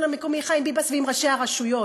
המקומי חיים ביבס ועם ראשי הרשויות.